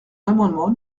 l’amendement